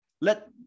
let